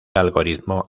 algoritmo